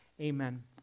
Amen